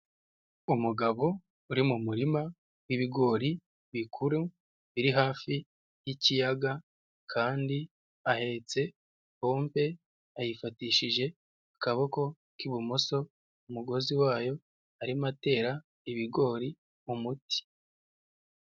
Umugabo uri mu murima w'ibigori bikuru biri hafi y'ikiyaga kandi ahetse pompe ayifatishije akaboko k'ibumoso umugozi wayo arimo atera ibigori umuti.